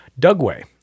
Dugway